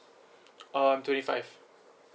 um I'm twenty five